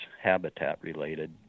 habitat-related